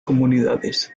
comunidades